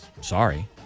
sorry